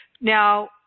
Now